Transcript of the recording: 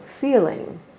feeling